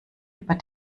über